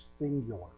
singular